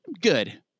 good